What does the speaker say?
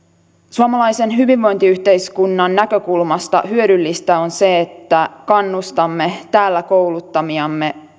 suomalaisen hyvinvointiyhteiskunnan näkökulmasta hyödyllistä on se että kannustamme täällä kouluttamiamme